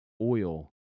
oil